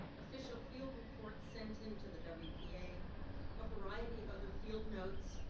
official field reports sent into the wpa, a variety of other field notes,